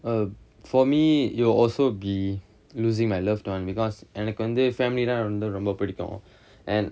err for me it will also be losing my loved one because எனக்கு வந்து:enakku vanthu family வந்து ரொம்ப பிடிக்கும்:vanthu romba pidikkum